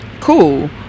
Cool